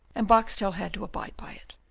and boxtel had to abide by it.